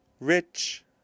rich